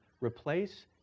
replace